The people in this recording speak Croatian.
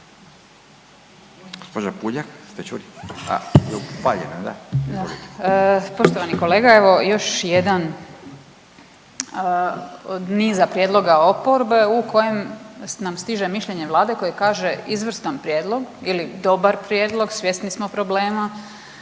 Poštovani kolega, evo još jedan od niza prijedloga oporbe u kojem nam stiže mišljenje Vlade koje kaže izvrstan prijedlog ili dobar prijedlog, svjesni smo problema,